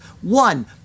One